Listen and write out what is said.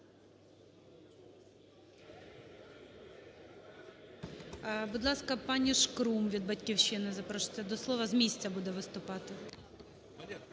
Будь ласка, паніШкрум від "Батьківщини" запрошується до слова, з місця буде виступати.